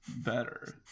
better